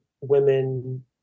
women